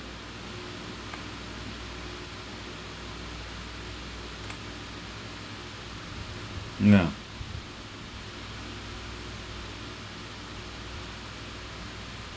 ya